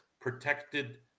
protected